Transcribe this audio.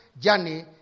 journey